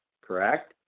correct